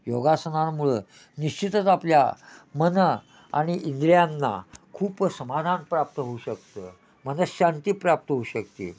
योगासनांमुळं निश्चितच आपल्या मनं आणि इंद्रियांना खूप समाधान प्राप्त होऊ शकतं मनःशांती प्राप्त होऊ शकते